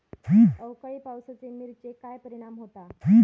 अवकाळी पावसाचे मिरचेर काय परिणाम होता?